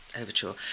overture